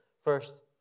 first